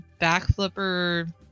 backflipper